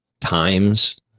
times